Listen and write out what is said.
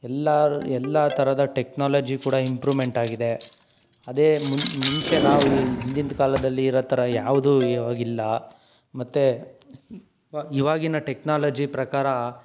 ಎಲ್ಲರ ಎಲ್ಲ ಥರದ ಟೆಕ್ನಾಲಜಿ ಕೂಡ ಇಂಪ್ರುಮೆಂಟ್ ಆಗಿದೆ ಅದೆ ಮುನ್ ಮುಂಚೆ ನಾವು ಈ ಹಿಂದಿಂದು ಕಾಲದಲ್ಲಿ ಇರೋ ಥರ ಯಾವುದು ಇವಾಗಿಲ್ಲ ಮತ್ತೆ ವ ಇವಾಗಿನ ಟೆಕ್ನಾಲಜಿ ಪ್ರಕಾರ